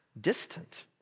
distant